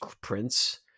prince